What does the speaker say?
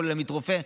כולל עמית רופא,